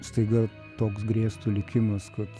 staiga toks grėstų likimas kad